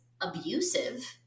abusive